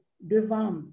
devant